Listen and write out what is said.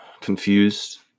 confused